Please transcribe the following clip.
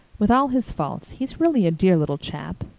with all his faults he's really a dear little chap.